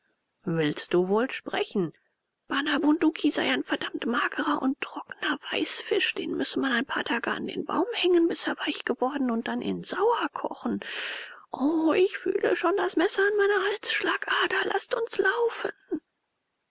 willst du wohl sprechen bana bunduki sei ein verdammt magerer und trockner weißfisch den müsse man ein paar tage an den baum hängen bis er weich geworden und dann in sauer kochen o ich fühle schon das messer an meiner halsschlagader laßt uns laufen